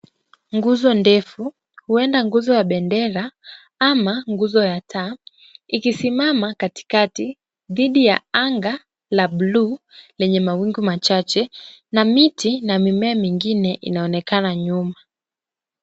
Nguzo ndefu, huenda nguzo ya bendera ama nguzo ya taa ikisimama katikati dhidi ya anga la bluu lenye mawingu machache na miti na mimea mingine inaonekana nyuma.